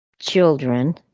children